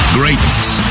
greatness